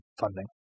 funding